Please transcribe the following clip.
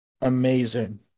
amazing